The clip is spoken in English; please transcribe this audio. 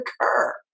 occur